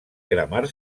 cremar